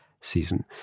season